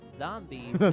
zombies